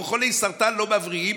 או חולי סרטן לא מבריאים,